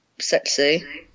sexy